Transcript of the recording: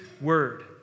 word